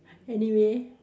any way